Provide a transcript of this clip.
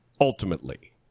ultimately